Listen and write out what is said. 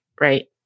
right